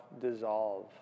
dissolve